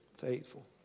faithful